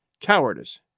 cowardice